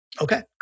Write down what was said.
Okay